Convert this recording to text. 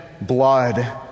blood